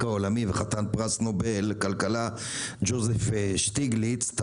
העולמי וחתן פרס נובל לכלכלה ג'וזף שטיגליץ,